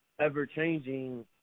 ever-changing